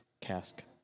Cask